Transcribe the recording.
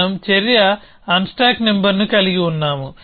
మనం చర్య అన్స్టాక్ నంబర్ని కలిగి ఉన్నాము